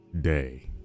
day